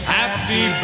happy